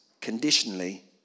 conditionally